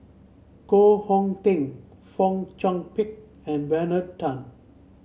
Koh Hong Teng Fong Chong Pik and Bernard Tan